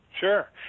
Sure